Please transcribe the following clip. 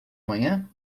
manhã